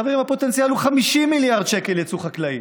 חברים, הפוטנציאל הוא 50 מיליארד שקל יצוא חקלאי.